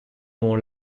mon